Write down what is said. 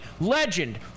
legend